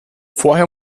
vorher